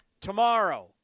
tomorrow